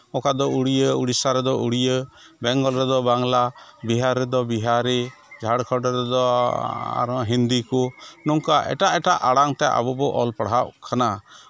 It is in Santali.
ᱚᱠᱟ ᱫᱚ ᱩᱲᱭᱟᱹ ᱳᱰᱤᱥᱟ ᱨᱮᱫᱚ ᱩᱲᱭᱟᱹ ᱵᱮᱝᱜᱚᱞ ᱨᱮᱫᱚ ᱵᱟᱝᱞᱟ ᱵᱤᱦᱟᱨ ᱨᱮᱫᱚ ᱵᱤᱦᱟᱨᱤ ᱡᱷᱟᱲᱠᱷᱚᱸᱰ ᱨᱮᱫᱚ ᱟᱨᱦᱚᱸ ᱦᱤᱱᱫᱤ ᱠᱚ ᱱᱚᱝᱠᱟ ᱮᱴᱟᱜ ᱮᱴᱟᱜ ᱟᱲᱟᱝ ᱛᱮ ᱟᱵᱚ ᱵᱚᱱ ᱚᱞ ᱯᱟᱲᱦᱟᱜ ᱠᱟᱱᱟ